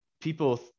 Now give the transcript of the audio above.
people